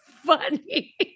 Funny